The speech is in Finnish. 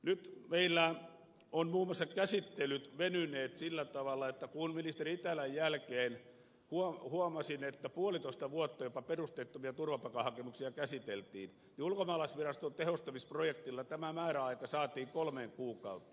nyt meillä ovat muun muassa käsittelyt venyneet sillä tavalla että kun ministeri itälän jälkeen huomasin että puolitoista vuotta jopa perusteettomia turvapaikkahakemuksia käsiteltiin niin ulkomaalaisviraston tehostamisprojektilla tämä määräaika saatiin kolmeen kuukauteen